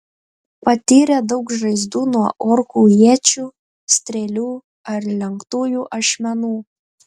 patyrė daug žaizdų nuo orkų iečių strėlių ar lenktųjų ašmenų